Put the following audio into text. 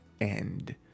end